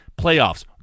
playoffs